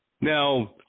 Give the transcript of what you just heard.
Now